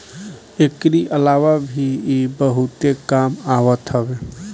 एकरी अलावा भी इ बहुते काम आवत हवे